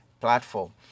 platform